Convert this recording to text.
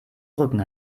rücken